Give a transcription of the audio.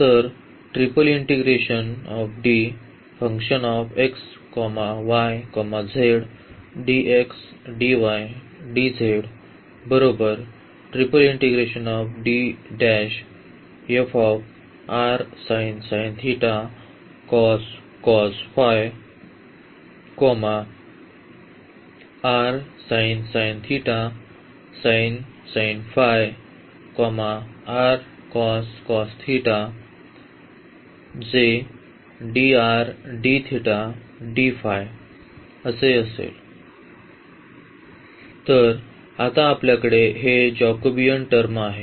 तर आता आपल्याकडे हे जेकबियन टर्म आहे